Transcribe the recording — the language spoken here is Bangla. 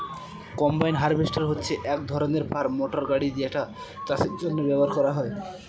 কম্বাইন হার্ভেস্টর হচ্ছে এক ধরনের ফার্ম মটর গাড়ি যেটা চাষের জন্য ব্যবহার করা হয়